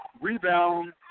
Rebound